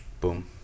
Boom